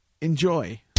enjoy